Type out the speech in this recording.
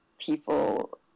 people